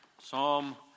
Psalm